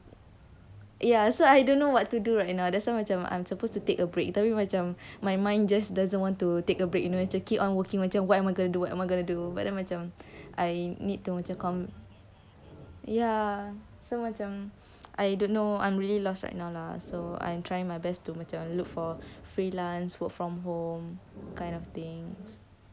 ya so I don't know what to do right you know that's why macam I'm supposed to take a break during tapi macam my mind just doesn't want to take a break you know you to keep on working macam why am I gonna do what am I gonna do but then macam I need to macam con~ ya so macam I don't know I'm really lost right now lah so I'm trying my best to macam look for freelance work from home kind of thing